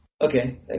Okay